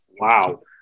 Wow